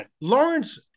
Lawrence